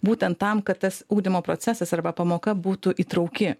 būtent tam kad tas ugdymo procesas arba pamoka būtų įtrauki